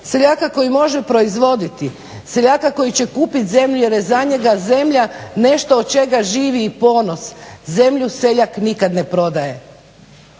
seljaka koji može proizvoditi, seljaka koji će kupiti zemlju jer je za njega zemlja nešto od čega živi i ponos? Zemlju seljak nikad ne prodaje.